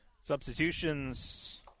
Substitutions